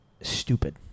stupid